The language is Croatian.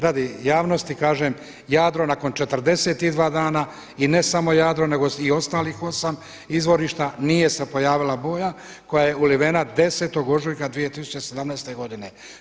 Radi javnosti kažem Jadro nakon 42 dana i ne samo Jadro nego i ostalih 8 izvorišta nije se pojavila boja koja je ulivena 10. ožujka 2017. godine.